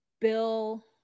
Bill